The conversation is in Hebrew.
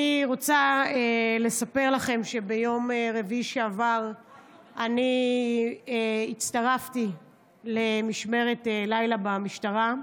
אני רוצה לספר לכם שביום רביעי שעבר אני הצטרפתי למשמרת לילה במשטרה.